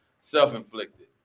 self-inflicted